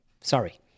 Sorry